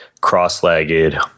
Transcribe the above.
cross-legged